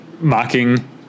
mocking